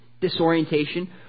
Disorientation